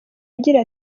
agira